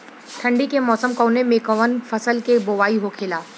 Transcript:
ठंडी के मौसम कवने मेंकवन फसल के बोवाई होखेला?